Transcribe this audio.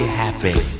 happy